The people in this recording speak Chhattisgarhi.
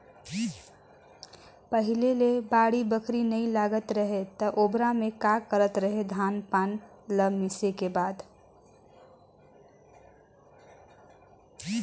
पहिले ले बाड़ी बखरी नइ लगात रहें त ओबेरा में का करत रहें, धान पान ल मिसे के बाद